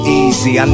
easy